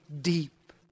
deep